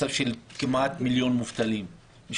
מצב של כמיליון מובטלים,